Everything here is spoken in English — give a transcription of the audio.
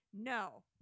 No